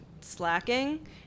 slacking